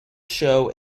show